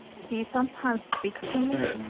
he sometimes speaks to me.